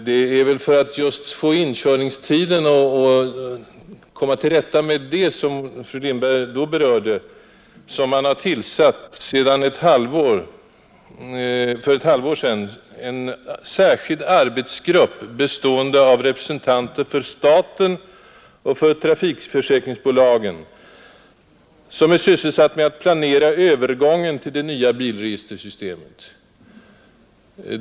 Det är just för att bl.a. underlätta inkörningstiden och komma till rätta med det som fru Lindberg berörde som man för ett halvår sedan har tillsatt en särskild arbetsgrupp, bestående av representanter för staten och för trafikförsäkringsbolagen. Gruppen är speciellt sysselsatt med att planera övergången till det nya bilregistersystemet.